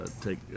take